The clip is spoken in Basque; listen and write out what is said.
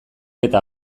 eta